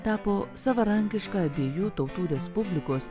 tapo savarankiška abiejų tautų respublikos